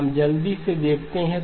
हम जल्दी से देखते हैं